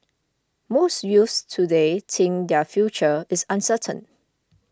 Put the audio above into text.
most youths today think their future is uncertain